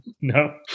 No